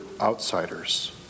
outsiders